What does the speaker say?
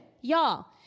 Y'all